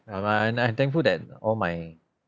um I and I thankful that all my